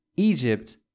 Egypt